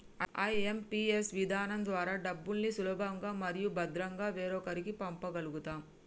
IMPS విధానం ద్వారా డబ్బుల్ని సులభంగా మరియు భద్రంగా వేరొకరికి పంప గల్గుతం